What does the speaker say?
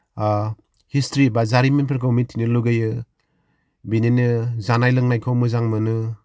history बा जारिमिनफोरखौ मिथिनो लुगैयो बिनिनो जानाय लोंनायखौ मोजां मोनो